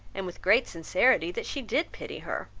and with great sincerity, that she did pity her